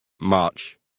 March